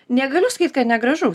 negaliu sakyt kad negražu